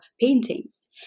paintings